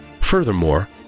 Furthermore